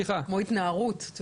זה לא היה ברור.